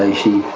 she